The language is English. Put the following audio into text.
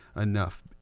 enough